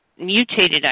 mutated